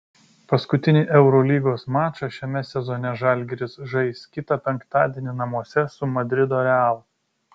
paskutinį eurolygos mačą šiame sezone žalgiris žais kitą penktadienį namuose su madrido real